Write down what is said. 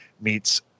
meets